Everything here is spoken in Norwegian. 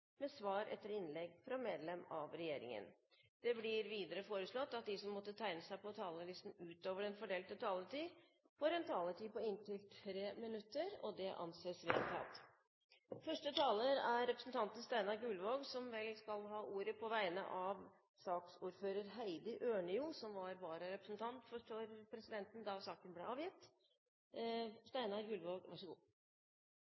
med svar etter innlegg fra medlem av regjeringen innenfor den fordelte taletid. Videre blir det foreslått at de som måtte tegne seg på talerlisten utover den fordelte taletid, får en taletid på inntil 3 minutter. – Det anses vedtatt. Første taler er representanten Steinar Gullvåg som skal ha ordet på vegne av saksordfører Heidi Ørnlo, som var vararepresentant da saken ble avgitt.